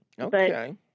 Okay